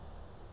ya